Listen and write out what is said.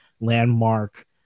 landmark